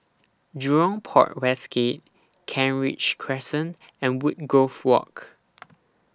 Jurong Port West Gate Kent Ridge Crescent and Woodgrove Walk